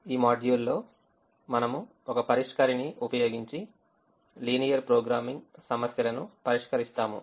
ఈ మాడ్యూల్లో మనము ఒక పరిష్కరిణిని ఉపయోగించి లీనియర్ ప్రోగ్రామింగ్ సమస్యలను పరిష్కరిస్తాము